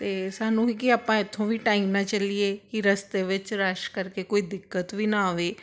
ਅਤੇ ਸਾਨੂੰ ਸੀ ਕਿ ਆਪਾਂ ਇੱਥੋਂ ਵੀ ਟਾਈਮ ਨਾਲ ਚੱਲੀਏ ਕਿ ਰਸਤੇ ਵਿੱਚ ਰਸ਼ ਕਰਕੇ ਕੋਈ ਦਿੱਕਤ ਵੀ ਨਾ ਆਵੇ